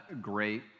great